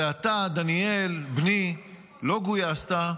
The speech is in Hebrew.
ואתה, דניאל, בני, לא גויסת?